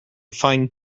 fine